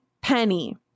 penny